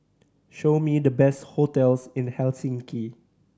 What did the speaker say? show me the best hotels in Helsinki